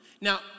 now